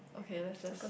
okay let's search